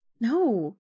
no